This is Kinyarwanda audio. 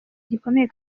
gikomeye